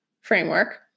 framework